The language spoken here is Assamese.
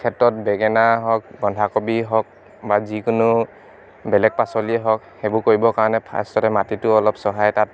ক্ষেত্ৰত বেঙেনা হওক বন্ধাকবি হওক বা যিকোনো বেলেগপাচলিয়ে হওক সেইবোৰ কৰিবৰ কাৰণে ফাৰ্ষ্টতে মাটিটো অলপ চহাই তাত